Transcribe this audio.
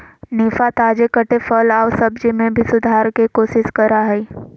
निफा, ताजे कटे फल आऊ सब्जी में भी सुधार के कोशिश करा हइ